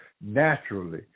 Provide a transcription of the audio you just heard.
naturally